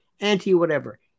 anti-whatever